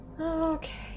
Okay